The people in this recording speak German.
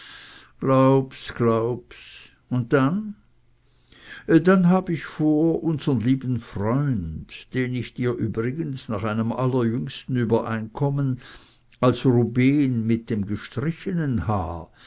glaub's und dann dann hab ich vor unsern lieben freund den ich dir übrigens nach einem allerjüngsten übereinkommen als rubehn mit dem gestrichenen h